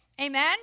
Amen